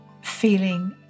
feeling